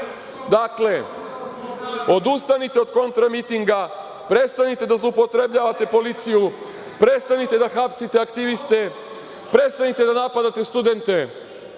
odustanite od kontramitinga, prestanite da zloupotrebljavate policiju, prestanite da hapsite aktiviste, prestanite da napadate studente.